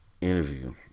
Interview